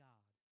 God